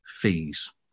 fees